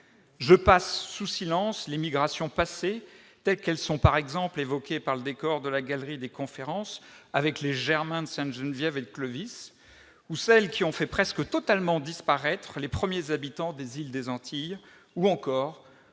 Je passe sous silence les migrations passées, comme celles qu'évoque le décor de la salle des conférences avec les Germains de sainte Geneviève et de Clovis, ou celles qui ont fait presque totalement disparaître les premiers habitants des îles des Antilles, ainsi